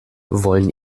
wollen